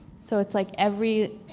so it's like every.